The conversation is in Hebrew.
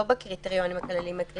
לא בקריטריונים הכלליים.